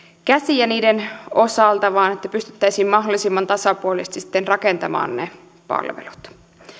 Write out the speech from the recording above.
käsiä niiden osalta vaan halutaan että pystyttäisiin mahdollisimman tasapuolisesti sitten rakentamaan ne palvelut